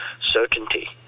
certainty